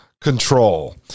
control